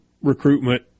Recruitment